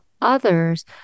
others